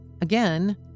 again